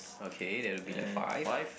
okay there will be like five